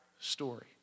story